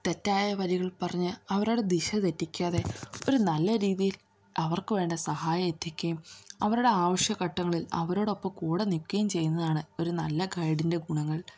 തെറ്റായ വഴികൾ പറഞ്ഞ് അവരുടെ ദിശ തെറ്റിക്കാതെ ഒരു നല്ല രീതിയിൽ അവർക്ക് വേണ്ട സഹായം എത്തിക്കുകയും അവരുടെ ആവശ്യഘട്ടങ്ങളിൽ അവരോടൊപ്പം കൂടെ നിൽക്കുകയും ചെയ്യുന്നതാണ് ഒരു നല്ല ഗൈഡിൻ്റെ ഗുണങ്ങൾ